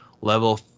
level